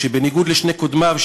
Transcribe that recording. שבניגוד לשני קודמיו,